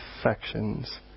affections